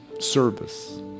Service